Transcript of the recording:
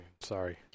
Sorry